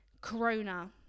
corona